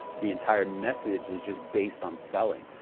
the entire message is just based on selling.